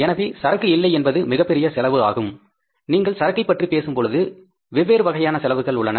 எனவே சரக்கு இல்லை என்பது மிகப் பெரிய செலவு ஆகும் நீங்கள் சரக்கை பற்றிப் பேசும்பொழுது வெவ்வேறு வகையான செலவுகள் உள்ளன